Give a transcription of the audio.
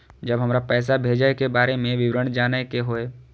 जब हमरा पैसा भेजय के बारे में विवरण जानय के होय?